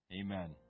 Amen